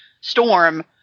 storm